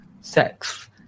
sex